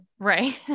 Right